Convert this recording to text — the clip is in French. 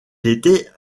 étaient